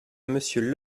monsieur